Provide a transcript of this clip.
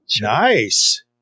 Nice